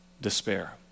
despair